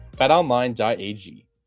BetOnline.ag